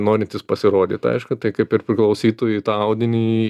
norintys pasirodyt aišku tai kaip ir priklausytų į tą audinį